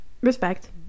respect